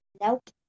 Nope